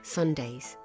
Sundays